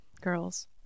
Girls